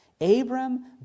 Abram